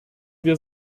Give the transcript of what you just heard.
wir